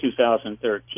2013